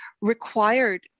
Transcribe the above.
required